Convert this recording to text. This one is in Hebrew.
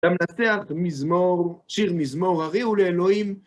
למנצח שיר מזמור, הריעו לאלוהים,